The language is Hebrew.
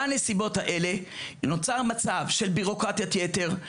בנסיבות האלה נוצר מצב של בירוקרטיית יתר,